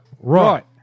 Right